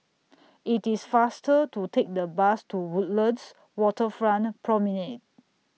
IT IS faster to Take The Bus to Woodlands Waterfront Promenade